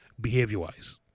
behavior-wise